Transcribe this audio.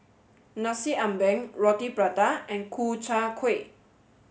Nasi Ambeng Roti Prata and Ku Chai Kueh